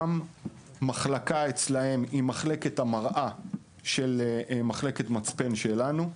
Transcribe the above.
גם המחלקה אצלם היא מחלקת מראה של מחלקת "מצפן" שלנו,